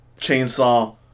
chainsaw